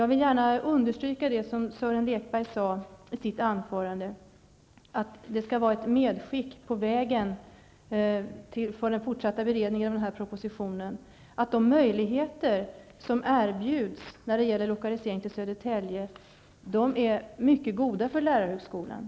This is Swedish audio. Jag vill understryka det Sören Lekberg sade i sitt anförande. Han ville att det skulle skickas med några ord på vägen för den fortsatta beredningen av propositionen, om att de möjligheter som erbjuds när det gäller lokalisering till Södertälje är mycket goda för lärarhögskolan.